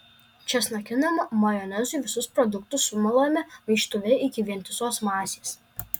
česnakiniam majonezui visus produktus sumalame maišytuve iki vientisos masės